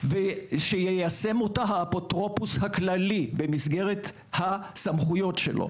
ושיישם אותה האפוטרופוס הכללי במסגרת הסמכויות שלו.